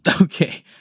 Okay